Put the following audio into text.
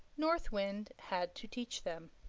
north wind had to teach them.